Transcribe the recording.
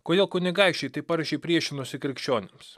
kodėl kunigaikščiai taip aršiai priešinosi krikščionims